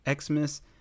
Xmas